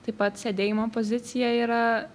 taip pat sėdėjimo pozicija yra